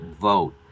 vote